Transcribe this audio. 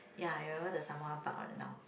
ya I remember the Sembawang park right now